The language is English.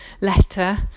letter